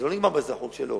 וזה לא נגמר באזרחות שלו,